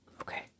Okay